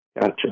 Gotcha